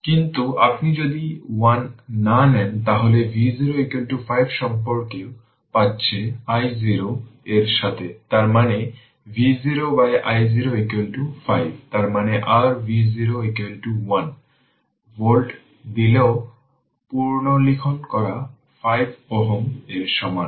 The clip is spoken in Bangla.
কিন্তু আপনি যদি 1 না নেন তাহলে V0 5 সম্পর্ক পাচ্ছে i0 এর সাথে তার মানে V0 by i0 5 তার মানে r V0 1 ভোল্ট দিলেও পুনর্লিখন করা 5 Ω এর সমান